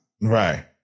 Right